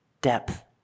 depth